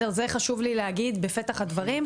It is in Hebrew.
זה חשוב לי להגיד בפתח הדברים,